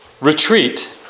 Retreat